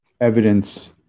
evidence